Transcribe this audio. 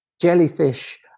jellyfish